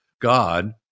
God